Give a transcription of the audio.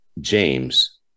James